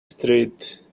street